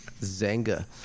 Zanga